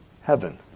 heaven